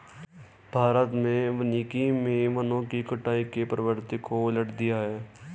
भारत में वानिकी मे वनों की कटाई की प्रवृत्ति को उलट दिया है